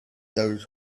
those